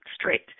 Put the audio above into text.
straight